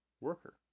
worker